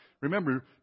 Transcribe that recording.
Remember